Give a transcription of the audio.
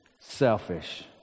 selfish